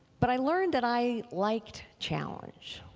but i learned that i liked challenge